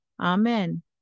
amen